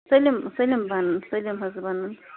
سٲلِم سٲلِم بَنان سٲلِم حظ بَنان